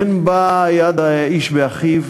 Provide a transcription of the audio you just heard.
אין בה יד איש באחיו,